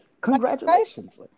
congratulations